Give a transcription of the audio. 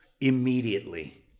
immediately